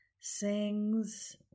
sings